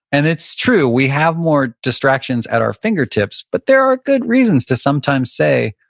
and it's true, we have more distractions at our fingertips. but there are good reasons to sometimes say,